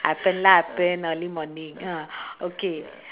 I blur lah I blur early morning ah okay